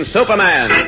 Superman